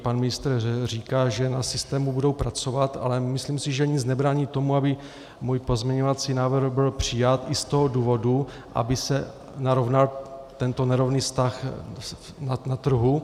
Pan ministr říká, že na systému budou pracovat, ale myslím si, že nic nebrání tomu, aby můj pozměňovací návrh byl přijat i z toho důvodu, aby se narovnal i tento nerovný vztah na trhu.